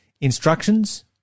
instructions